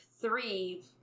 three